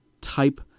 type